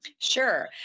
Sure